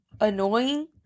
annoying